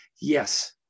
Yes